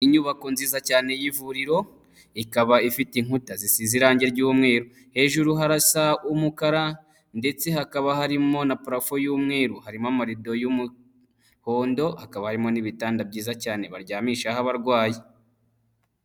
Inyubako nziza cyane y'ivuriro, ikaba ifite inkuta zisize irangi ry'umweru, hejuru harasa umukara ndetse hakaba harimo na parafu y'umweru, harimo amarido y'umuhondo, hakaba harimo n'ibitanda byiza cyane baryamishaho abarwayi.